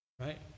right